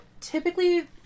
typically